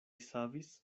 savis